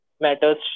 matters